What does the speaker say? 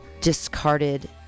discarded